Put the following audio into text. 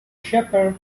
shepherd